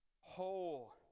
Whole